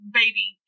baby